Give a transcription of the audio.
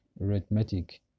arithmetic